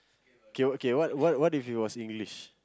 okay okay what what if it was english